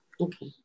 Okay